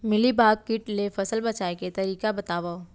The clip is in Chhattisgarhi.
मिलीबाग किट ले फसल बचाए के तरीका बतावव?